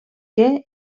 què